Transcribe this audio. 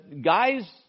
guys